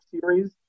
series